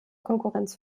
konkurrenz